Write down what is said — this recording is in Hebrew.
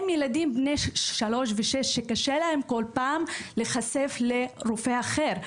הם ילדים בני 3 ו-6 שקשה להם כל פעם להיחשף לרופא אחר.